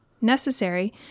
necessary